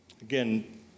Again